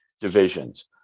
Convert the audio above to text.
divisions